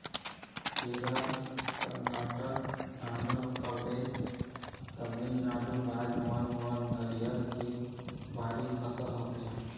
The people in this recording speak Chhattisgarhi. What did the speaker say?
केरल, करनाटक, आंध्रपरदेस, तमिलनाडु राज मन म नरियर के भारी फसल होथे